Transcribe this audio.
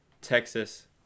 Texas